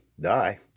die